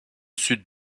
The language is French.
sud